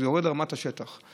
כשזה יורד לרמת השטח,